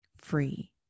free